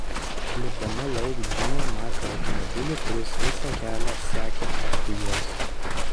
lipdama lauk džinė matė automobilį kuris visą kelią sekė paskui juos